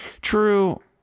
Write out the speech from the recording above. True